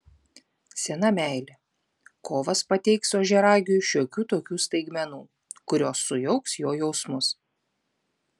sena meilė kovas pateiks ožiaragiui šiokių tokių staigmenų kurios sujauks jo jausmus